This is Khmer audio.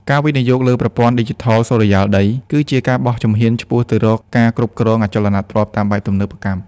ការវិនិយោគលើប្រព័ន្ធឌីជីថលសុរិយោដី គឺជាការបោះជំហានឆ្ពោះទៅរកការគ្រប់គ្រងអចលនទ្រព្យតាមបែបទំនើបកម្ម។